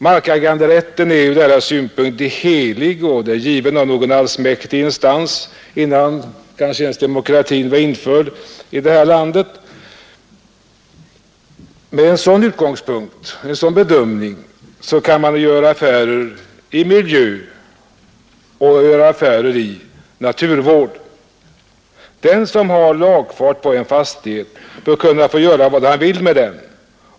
Markäganderätten är från deras synpunkt helig och given av någon allsmäktig instans innan demokratin var införd i det här landet. Med en sådan utgångspunkt kan man göra affärer i miljö och i naturvård. Den som har lagfart på en fastighet bör kunna få göra vad han vill med den.